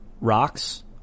Rocks